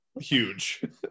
huge